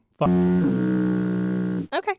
Okay